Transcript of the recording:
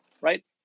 right